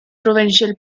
provincial